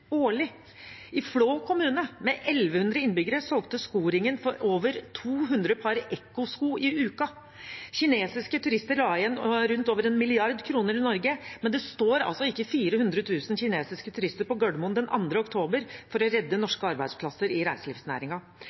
årlig. I Flå kommune, med 1 100 innbyggere, solgte Skoringen over 200 par Ecco-sko i uka. Kinesiske turister la igjen rundt 1 mrd. kr i Norge, men det står altså ikke 400 000 kinesiske turister på Gardermoen den 2. oktober for å redde norske arbeidsplasser i